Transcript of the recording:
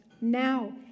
Now